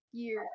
year